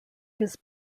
his